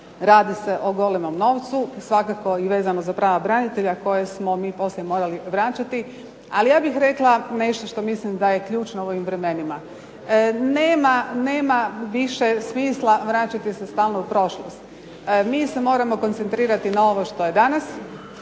radi se o golemom novcu. Svakako i vezano za prava branitelja koje smo mi poslije morali vraćati. Ali ja bih rekla nešto što mislim da je ključno u ovim vremenima. Nema više smisla vraćati se stalno u prošlost. Mi se moramo koncentrirati na ovo što je danas,